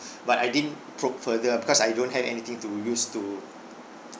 but I didn't probe further because I don't have anything to use to